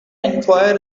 enquire